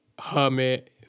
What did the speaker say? hermit